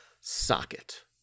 socket